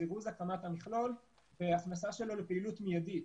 זירוז הקמת המכלול והכנסה שלו לפעילות מידית.